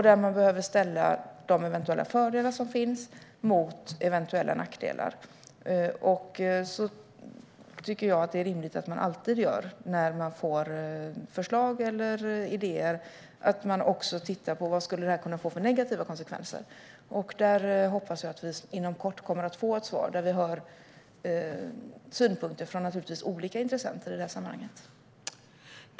Där behöver man ställa de eventuella fördelar som finns mot eventuella nackdelar. Det är rimligt att man alltid när man får förslag eller idéer också tittar på vilka negativa konsekvenser det kan få. Där hoppas jag att vi inom kort kommer att få ett svar, och vi hör synpunkter från olika intressenter i sammanhanget.